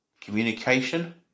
communication